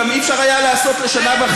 גם לא היה אפשר לעשות לשנה וחצי.